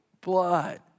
blood